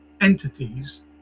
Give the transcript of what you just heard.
entities